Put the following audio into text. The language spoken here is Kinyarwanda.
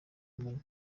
kamonyi